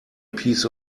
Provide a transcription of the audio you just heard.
piece